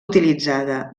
utilitzada